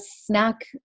snack